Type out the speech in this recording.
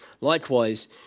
Likewise